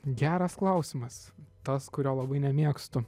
geras klausimas tas kurio labai nemėgstu